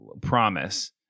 promise